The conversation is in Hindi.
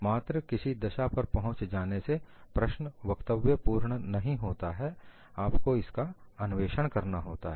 मात्र किसी दशा पर पहुंचे जाने से प्रश्न वक्तव्य पूर्ण नहीं होता है आपको इसका अन्वेषण करना होता है